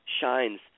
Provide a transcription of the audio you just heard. shines